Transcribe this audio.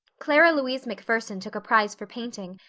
clara louise macpherson took a prize for painting,